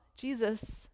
Jesus